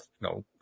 no